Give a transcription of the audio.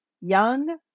young